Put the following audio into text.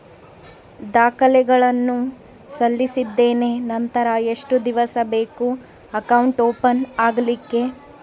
ದಾಖಲೆಗಳನ್ನು ಸಲ್ಲಿಸಿದ್ದೇನೆ ನಂತರ ಎಷ್ಟು ದಿವಸ ಬೇಕು ಅಕೌಂಟ್ ಓಪನ್ ಆಗಲಿಕ್ಕೆ?